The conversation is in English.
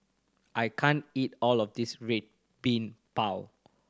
I can't eat all of this Red Bean Bao